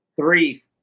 three